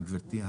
רכבת.